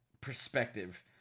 perspective